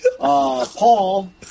Paul